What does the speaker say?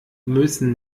müssen